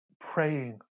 praying